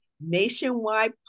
nationwide